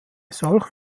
solchen